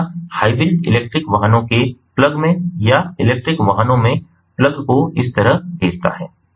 उपभोक्ता hybrid electrical वाहनों के प्लग में या इलेक्ट्रिकल वाहनों में प्लग को इस तरह भेजता है